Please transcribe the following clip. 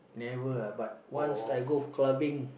never ah but once I go clubbing